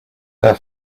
their